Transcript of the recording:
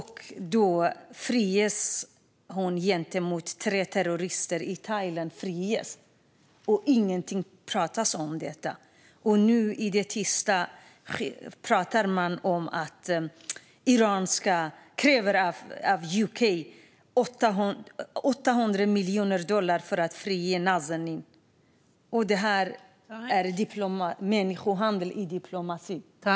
Hon friges i utbyte mot att tre terrorister i Thailand friges, och det pratas inget om detta. Allt sker i det tysta. Nu pratar man om att Iran kräver 800 miljoner dollar av Storbritannien för att frige Nazanin Zaghari-Ratcliffe. Detta är människohandel i diplomatins namn.